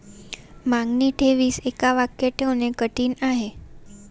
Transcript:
मागणी ठेवीस एका वाक्यात ठेवणे कठीण आहे